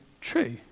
true